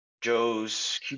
Joe's